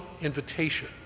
invitation